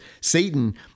Satan